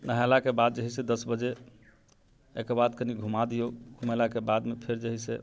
नहेलाके बाद जे है दस बजे एहिके बाद कनि घुमा दियौ घुमेलाके बादमे फेर जे है से